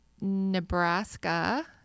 Nebraska